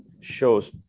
shows